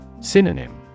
Synonym